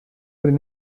wurde